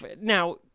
Now